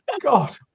God